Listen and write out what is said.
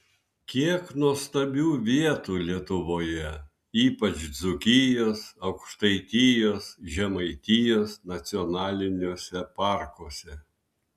kiek nuostabių vietų lietuvoje ypač dzūkijos aukštaitijos žemaitijos nacionaliniuose parkuose